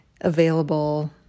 available